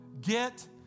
get